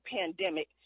pandemic